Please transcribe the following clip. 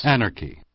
Anarchy